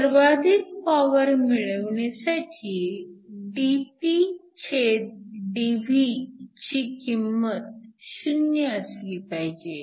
सर्वाधिक पॉवर मिळवण्यासाठी dPdVची किंमत 0 असली पाहिजे